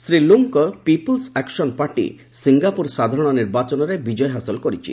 ଶ୍ରୀ ଲୁଙ୍ଗ୍ଙ୍କ people action party Singapore ସାଧାରଣ ନିର୍ବାଚନରେ ବିଜୟ ହାସଲ କରିଛି